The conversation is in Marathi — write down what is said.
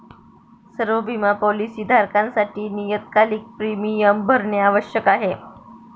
सर्व बिमा पॉलीसी धारकांसाठी नियतकालिक प्रीमियम भरणे आवश्यक आहे